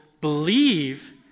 believe